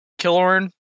Killorn